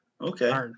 Okay